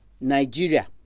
Nigeria